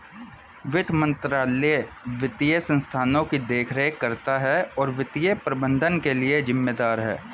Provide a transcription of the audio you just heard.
वित्त मंत्रालय वित्तीय संस्थानों की देखरेख करता है और वित्तीय प्रबंधन के लिए जिम्मेदार है